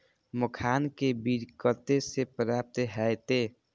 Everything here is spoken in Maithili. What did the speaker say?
मखान के बीज कते से प्राप्त हैते?